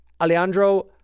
Alejandro